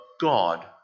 God